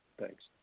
Thanks